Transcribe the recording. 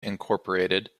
incorporated